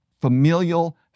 familial